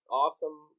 awesome